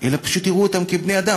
אלא פשוט יראו אותם כבני-אדם.